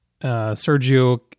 Sergio